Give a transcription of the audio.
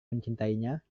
mencintainya